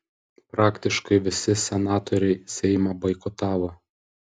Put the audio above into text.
praktiškai visi senatoriai seimą boikotavo